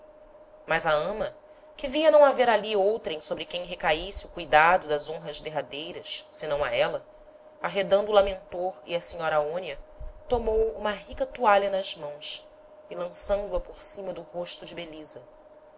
mas a ama que via não haver ali outrem sobre quem recaisse o cuidado das honras derradeiras senão a éla arredando lamentor e a senhora aonia tomou uma rica toalha nas mãos e lançando a por cima do rosto de belisa